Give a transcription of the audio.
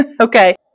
Okay